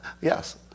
Yes